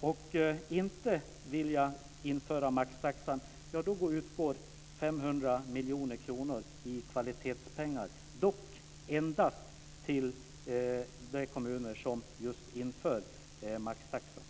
och inte vilja införa maxtaxan utgår 500 miljoner kronor i kvalitetspengar - dock endast till de kommuner som just inför maxtaxan.